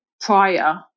prior